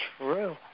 True